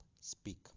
speak